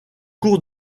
cours